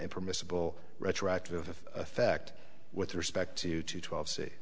impermissible retroactive effect with respect to two twelve see